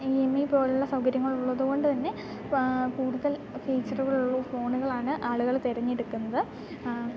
E M I പോലെയുള്ള സൗകര്യങ്ങളുള്ളതു കൊണ്ടു തന്നെ കൂടുതൽ ഫീച്ചറുകളുള്ള ഫോണുകളാണ് ആളുകൾ തിരഞ്ഞെടുക്കുന്നത്